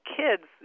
kids